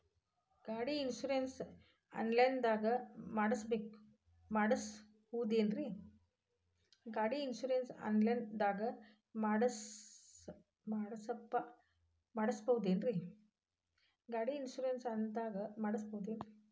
ಗಾಡಿ insurance online ದಾಗ ಮಾಡಸ್ಬಹುದೆನ್ರಿ?